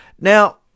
Now